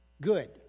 Good